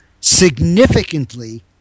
significantly